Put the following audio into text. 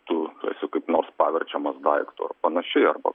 tu esi kaip nors paverčiamas daiktu ar panašiai arba